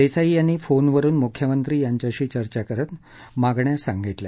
दस्ताई यांनी फोनवरून मुख्यमंत्री यांच्याशी चर्चा करत मागण्या सांगितल्या